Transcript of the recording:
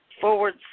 forward